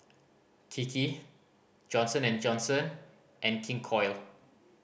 Kiki Johnson and Johnson and King Koil